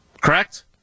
Correct